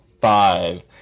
five